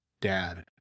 dad